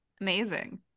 amazing